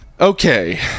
okay